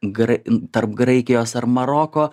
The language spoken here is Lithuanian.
grai tarp graikijos ar maroko